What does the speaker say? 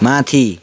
माथि